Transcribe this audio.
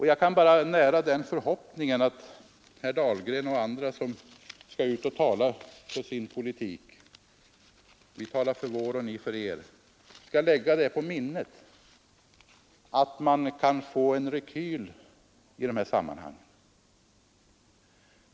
Jag kan bara nära den förhoppningen att herr Dahlgren och andra som skall ut och tala för sin politik skall lägga på minnet att man kan få en rekyl i dessa sammanhang.